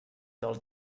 del